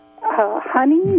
honey